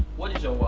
what is your